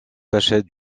cachette